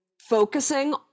focusing